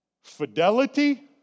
fidelity